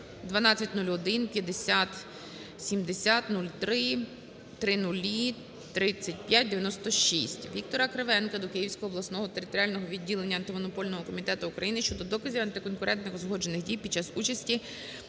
№12015070030003596. Віктора Кривенка до Київського обласного територіального відділення Антимонопольного комітету України щодо доказівантиконкурентних узгоджених дій під час участі